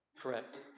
Correct